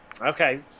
Okay